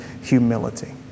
humility